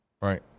right